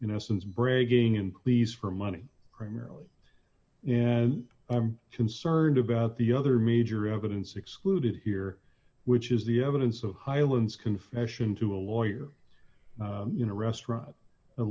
you know since bragging and pleas for money primarily and i'm concerned about the other major evidence excluded here which is the evidence of highlands confession to a lawyer you know restaurant a